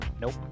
Nope